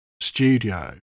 studio